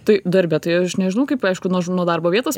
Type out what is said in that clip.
tai darbe tai aš nežinau kaip aišku nuo ž nuo darbo vietos